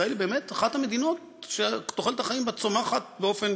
וישראל היא באמת אחת המדינות שתוחלת החיים בהן צומחת באופן